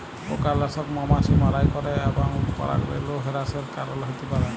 পকালাসক মমাছি মারাই ক্যরে এবং পরাগরেলু হেরাসের কারল হ্যতে পারে